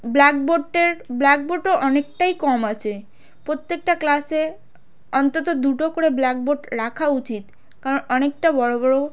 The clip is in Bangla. ব্ল্যাকবোটের ব্ল্যাকবোর্ডও অনেকটাই কম আছে প্রত্যেকটা ক্লাসে অন্তত দুটো করে ব্ল্যাকবোর্ড রাখা উচিত কারণ অনেকটা বড় বড়